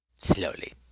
Slowly